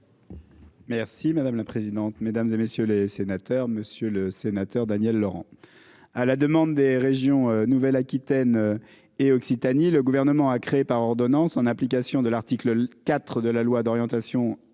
Merci madame la présidente, mesdames et messieurs les sénateurs, monsieur le sénateur. Daniel Laurent. À la demande des régions Nouvelle Aquitaine. Et Occitanie. Le gouvernement a créé par ordonnance en application de l'article IV de la loi d'orientation